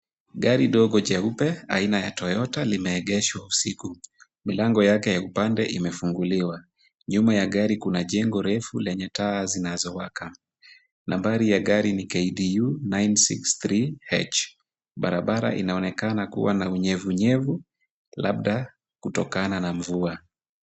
Gari ndogo jeupe aina ya Toyota limeegeshwa usiku. Milango yake ya upande imefunguliwa. Nyumaya gari kuna jengo refu lenye taa zinazowaka. Nambari ya gari ni KDU 963H . Barabara inaonekana kuwa na unyevunyevu, labda kutokana na mvua.